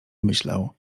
myślał